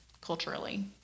culturally